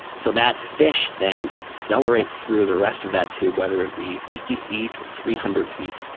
so that fish then accelerates through the rest of that tube whether it be fifty feet or three hundred feet.